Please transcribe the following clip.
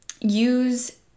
use